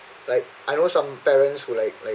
like I know some parents will like like